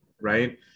right